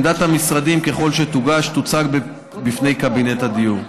עמדת המשרדים, ככל שתוגש, תוצג בפני קבינט הדיור.